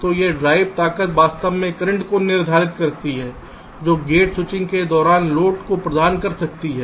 तो यह ड्राइव ताकत वास्तव में करंट को निर्धारित करती है जो गेट स्विचिंग के दौरान लोड को प्रदान कर सकती है